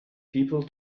people